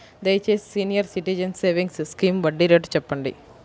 దయచేసి senior citizens savings scheme వడ్డీ rate చెప్పండి